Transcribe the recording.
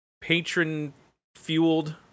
patron-fueled